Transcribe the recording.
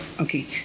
Okay